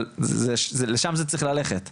אבל לשם זה צריך ללכת,